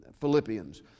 Philippians